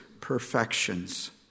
perfections